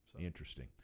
Interesting